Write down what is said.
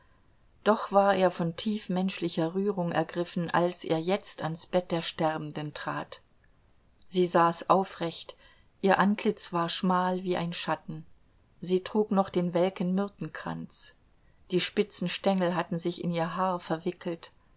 doch war er von tief menschlicher rührung ergriffen als er jetzt an's bett der sterbenden trat sie saß aufrecht ihr antlitz war schmal wie ein schatten sie trug noch den welken myrtenkranz die spitzen stengel hatten sich in ihr haar verwickelt